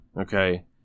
Okay